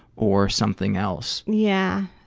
or something else. yeah.